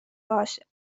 باشه